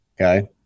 Okay